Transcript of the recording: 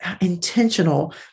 intentional